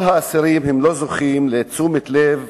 כל האסירים לא זוכים לתשומת לב